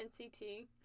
NCT